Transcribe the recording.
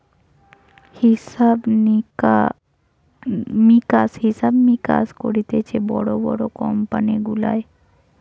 হিসাব মিকাস করতিছে বড় বড় কোম্পানি গুলার